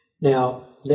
Now